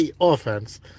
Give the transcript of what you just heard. offense